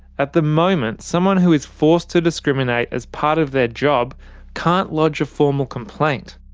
at the moment, someone who is forced to discriminate as part of their job can't lodge a formal complaint.